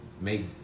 make